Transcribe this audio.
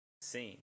seen